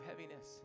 heaviness